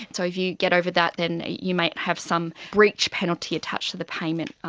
so if you get over that then you might have some breach penalty attached to the payment,